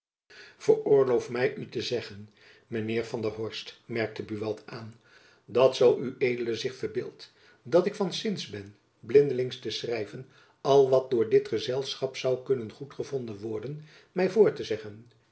veroorloof my u te zeggen mijn heer van der horst merkte buat aan dat zoo ued zich verbeeldt dat ik van zins ben blindelings te schrijven al wat jacob van lennep elizabeth musch door dit gezelschap zoû kunnen goedgevonden worden my voor te zeggen